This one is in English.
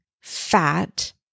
fat